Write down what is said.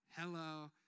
Hello